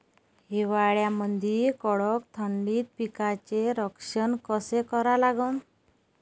हिवाळ्यामंदी कडक थंडीत पिकाचे संरक्षण कसे करा लागन?